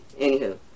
Anywho